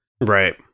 Right